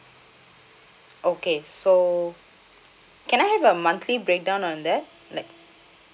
okay so can I have a monthly breakdown on that like